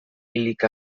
hilik